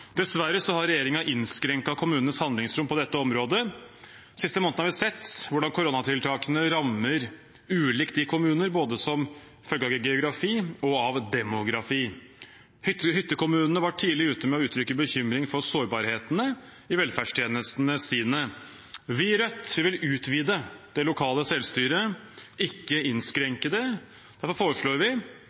Dessverre har regjeringen innskrenket kommunenes handlingsrom på dette området. Den siste måneden har vi sett hvordan koronatiltakene rammer ulikt i kommuner, både som følge av geografi og av demografi. Hyttekommunene var tidlig ute med å uttrykke bekymring for sårbarhetene i velferdstjenestene sine. Vi i Rødt vil utvide det lokale selvstyret, ikke innskrenke det. Derfor foreslår vi